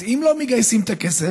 אז אם לא מגייסים את הכסף,